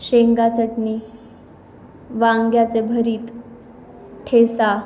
वांग्याचे भरीत ठेचा